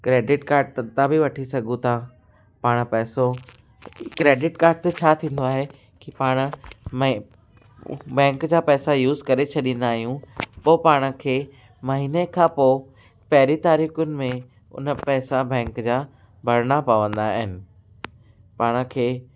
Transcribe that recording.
credit card था बि वठी सघूं था पाण पैसो क्रेडिट कार्ड ते छा थींदो आहे कि पाण में बैंक जा पैसा यूस करे छॾींदा आहियूं पोइ पाण खे महीने खां पोइ पहिरीं तारीख़ुनि में उन पैसा बैंक जा भरिणा पवंदा आहिनि पाण खे